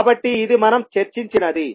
కాబట్టి ఇది మనం చర్చించినది